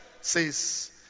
says